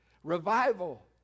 Revival